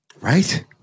Right